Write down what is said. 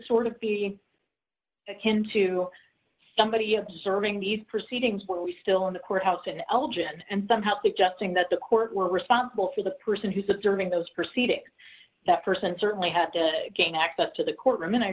sort of be akin to somebody observing these proceedings were we still in the courthouse and elgin and somehow they're just saying that the court we're responsible for the person who subserving those proceedings that person certainly had to gain access to the courtroom and i